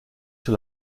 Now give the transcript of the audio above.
sur